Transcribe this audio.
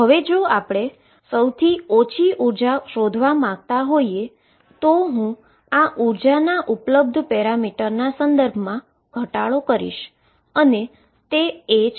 હવે જો આપણે સૌથી ઓછી એનર્જી શોધવા માગતા હોઈએ તો હું આ એનર્જીના ઉપલબ્ધ પેરામીટરના સંદર્ભમાં ઘટાડો કરીશ અને તે a છે